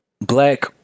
black